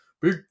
Big